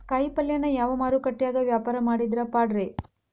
ಕಾಯಿಪಲ್ಯನ ಯಾವ ಮಾರುಕಟ್ಯಾಗ ವ್ಯಾಪಾರ ಮಾಡಿದ್ರ ಪಾಡ್ರೇ?